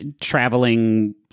traveling